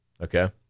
Okay